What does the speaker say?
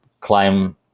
climb